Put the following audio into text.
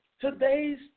today's